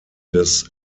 des